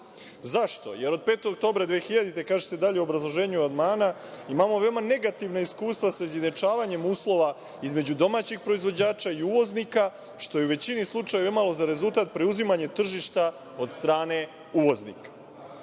kafe.Zašto? Od 5. oktobra 2000. godine, kaže se dalje u obrazloženju amandmana, imamo veoma negativna iskustva sa izjednačavanjem uslova između domaćih proizvođača i uvoznika, što je u većini slučajeva imalo za rezultat preuzimanje tržišta od strane uvoznika.U